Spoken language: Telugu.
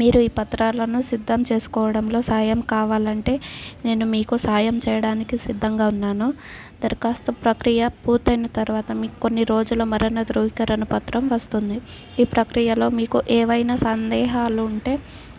మీరు ఈ పత్రాలను సిద్ధం చేసుకోవడంలో సాయం కావాలి అంటే నేను మీకు సాయం చేయడానికి సిద్ధంగా ఉన్నాను దరఖాస్తు ప్రక్రియ పూర్తి అయిన తర్వాత మీకు కొన్ని రోజుల మరణ ధృవకరణ పత్రం వస్తుంది ఈ ప్రక్రియలో మీకు ఏమైనా సందేహాలు ఉంటే